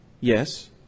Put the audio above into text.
Yes